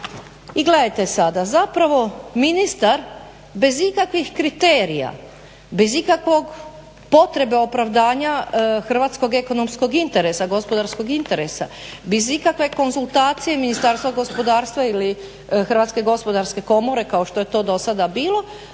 I gledajte sada zapravo ministar bez ikakvih kriterija, bez ikakve potrebe opravdanja hrvatskog ekonomskog i gospodarskog interesa bez ikakve konzultacije Ministarstva gospodarstva ili HGK-a kao što je to do sada bilo,